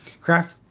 craft